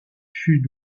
sud